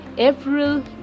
April